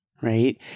right